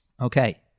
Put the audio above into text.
Okay